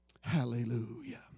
Hallelujah